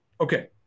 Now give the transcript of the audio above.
Okay